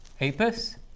apis